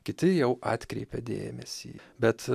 kiti jau atkreipia dėmesį bet